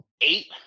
eight